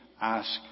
ask